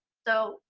so.